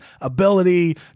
ability